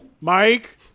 Mike